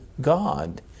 God